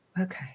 okay